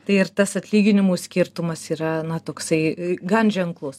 tai ir tas atlyginimų skirtumas yra na toksai gan ženklus